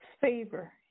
favor